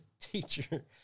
teacher